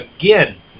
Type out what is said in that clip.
Again